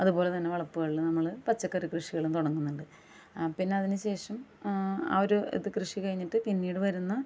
അതുപോലെ തന്നെ വളപ്പുകളിൽ നമ്മൾ പച്ചക്കറി കൃഷികളും തുടങ്ങുന്നുണ്ട് പിന്നെ അതിന് ശേഷം ആ ഒരു ഇത് കൃഷി കഴിഞ്ഞിട്ട് പിന്നീട് വരുന്ന